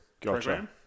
Gotcha